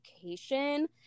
education